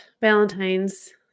Valentine's